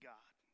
God